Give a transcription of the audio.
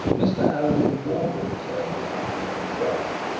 mr arabin warmly returned the archdeacon's grasp,